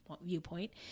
viewpoint